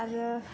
आरो